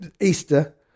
Easter